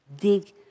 dig